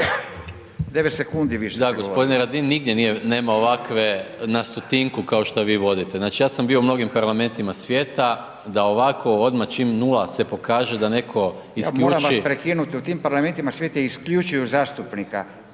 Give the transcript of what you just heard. Da, g. Radin, nigdje nema ovakve na stotinku kao što vi vodite. Znači, ja sam bio u mnogim parlamentima svijeta, da ovako odmah čim nula se pokaže da netko isključi. **Radin, Furio (Nezavisni)** Ja moram vas prekinuti, u tim parlamentima svi ti isključuju zastupnika,